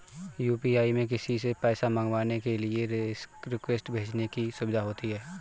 UPI में किसी से पैसा मंगवाने के लिए रिक्वेस्ट भेजने की सुविधा होती है